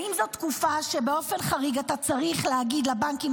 האם זאת תקופה שבאופן חריג אתה צריך להגיד לבנקים,